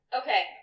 Okay